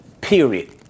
period